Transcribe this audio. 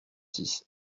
six